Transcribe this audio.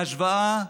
בהשוואה,